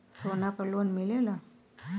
सोना पर लोन मिलेला?